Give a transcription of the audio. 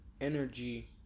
energy